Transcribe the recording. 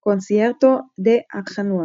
"קונסיירטו דה ארנחואס"